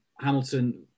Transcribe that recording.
Hamilton